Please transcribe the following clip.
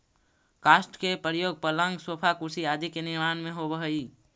काष्ठ के प्रयोग पलंग, सोफा, कुर्सी आदि के निर्माण में होवऽ हई